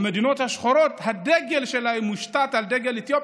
המדינות השחורות, הדגל שלהן מושתת על דגל אתיופיה,